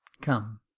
Come